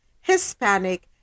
Hispanic